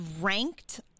ranked